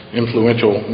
influential